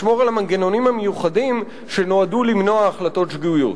לשמור על המנגנונים המיוחדים שנועדו למנוע החלטות שגויות.